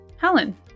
Helen